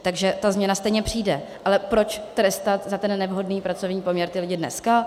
Čili ta změna stejně přijde, ale proč trestat za ten nevhodný pracovní poměr ty lidi dneska?